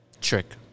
Trick